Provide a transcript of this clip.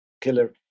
killer